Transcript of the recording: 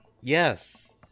Yes